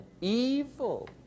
Evil